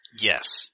Yes